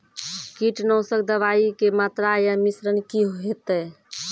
कीटनासक दवाई के मात्रा या मिश्रण की हेते?